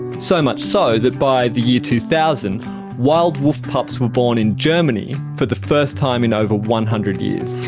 so much so that by the year two thousand wild wolf pups were born in germany for the first time in over one hundred years.